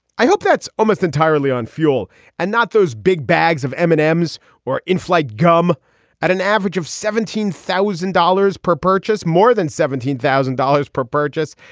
i hope that's almost entirely on fuel and not those big bags of eminem's or in-flight gum at an average of seventeen thousand dollars per purchase more than seventeen thousand dollars per purchase.